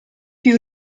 più